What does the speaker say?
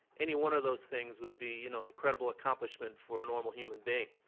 any one of those things would be you know an incredible accomplishment for a normal human being.